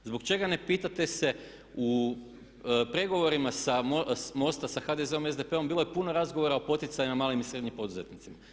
Zbog čega ne pitate se u pregovorima MOST-a sa HDZ-om i SDP-om bilo je puno razgovora o poticajima malim i srednjim poduzetnicima?